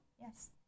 Yes